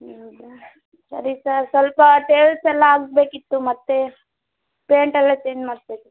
ಹೌದಾ ಸರಿ ಸರ್ ಸ್ವಲ್ಪ ಟೇಲ್ಸ್ ಎಲ್ಲ ಹಾಕ್ಬೇಕಿತ್ತು ಮತ್ತು ಪೇಂಟ್ ಎಲ್ಲ ಚೇಂಜ್ ಮಾಡಿಸ್ಬೇಕಿತ್ತು